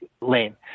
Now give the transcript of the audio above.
lane